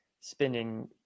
spending